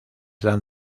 dan